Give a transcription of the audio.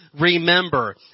remember